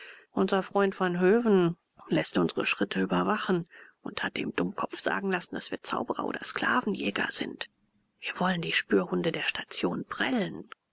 unser freund vanhöven läßt unsre schritte überwachen und hat dem dummkopf sagen lassen daß wir zauberer oder sklavenjäger sind wir wollen die spürhunde der station prellen